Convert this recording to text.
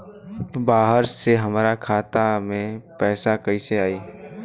बाहर से हमरा खाता में पैसा कैसे आई?